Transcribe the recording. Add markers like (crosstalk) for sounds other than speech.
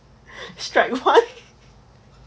strike one (laughs)